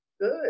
good